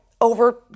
over